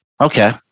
okay